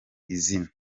izina